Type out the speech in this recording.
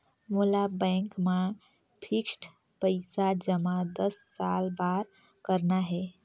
मोला बैंक मा फिक्स्ड पइसा जमा दस साल बार करना हे?